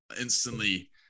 Instantly